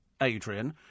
Adrian